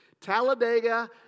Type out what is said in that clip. Talladega